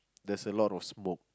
there's a lot of smoke